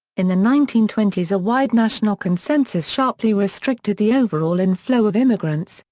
in the nineteen twenty s a wide national consensus sharply restricted the overall inflow of immigrants,